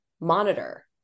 monitor